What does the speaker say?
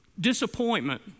disappointment